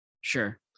sure